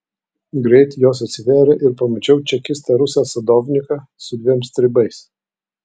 greit jos atsivėrė ir pamačiau čekistą rusą sadovniką su dviem stribais